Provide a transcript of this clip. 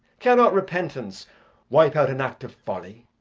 cannot repentance wipe out an act of folly?